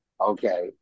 okay